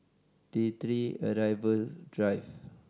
T Three Arrival Drive